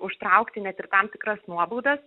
užtraukti ne tik tam tikras nuobaudas